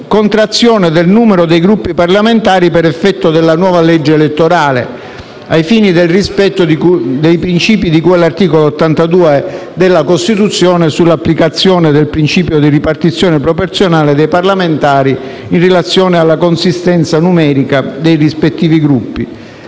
contrazione del numero dei Gruppi parlamentari per effetto della nuova legge elettorale, ai fini del rispetto dei principi di cui all'articolo 82 della Costituzione sull'applicazione del principio di ripartizione proporzionale dei parlamentari in relazione alla consistenza numerica dei rispettivi Gruppi,